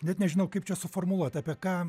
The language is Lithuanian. net nežinau kaip čia suformuluot apie ką